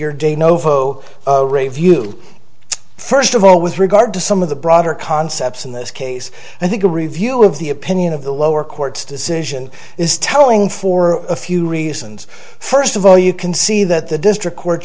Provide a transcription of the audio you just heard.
review first of all with regard to some of the broader concepts in this case i think a review of the opinion of the lower court's decision is telling for a few reasons first of all you can see that the district court